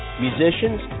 musicians